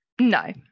No